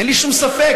אין לי שום ספק.